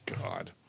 god